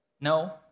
No